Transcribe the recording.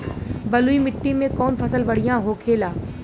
बलुई मिट्टी में कौन फसल बढ़ियां होखे ला?